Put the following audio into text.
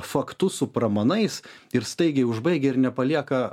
faktus su pramanais ir staigiai užbaigia ir nepalieka